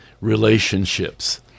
relationships